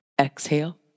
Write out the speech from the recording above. exhale